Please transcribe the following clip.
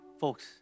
Folks